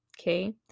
okay